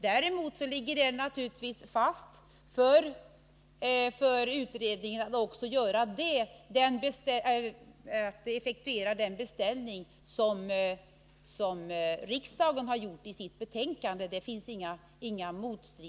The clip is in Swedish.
Däremot skall utredningen naturligtvis effektuera den beställning som riksdagen har gjort i sitt betänkande.